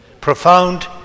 profound